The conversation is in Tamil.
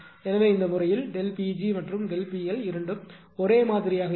எனவே இந்த முறையில் ΔP g மற்றும் ΔP L இரண்டும் ஒரே மாதிரியாக இருக்கும்